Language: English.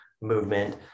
movement